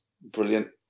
brilliant